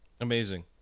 Amazing